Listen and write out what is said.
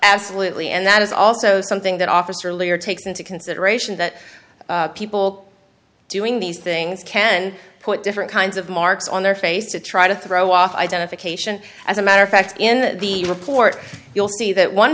absolutely and that is also something that officer lawyer takes into consideration that people doing these things can put different kinds of marks on their face to try to throw off identification as a matter of fact in the report you'll see that one